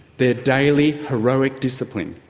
their daily heroic discipline,